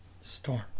Storm